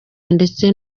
ndetse